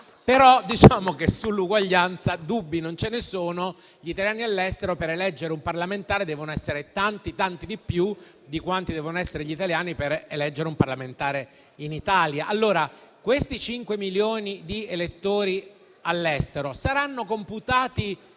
dubbio. Sull'uguaglianza invece dubbi non ce ne sono. Gli italiani all'estero, per eleggere un parlamentare, devono essere tanti di più di quanti devono essere gli italiani per eleggere un parlamentare in Italia. Allora, questi cinque milioni di elettori all'estero saranno computati